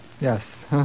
Yes